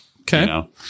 Okay